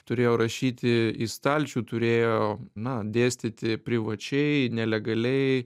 turėjo rašyti į stalčių turėjo na dėstyti privačiai nelegaliai